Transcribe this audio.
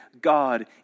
God